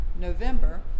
November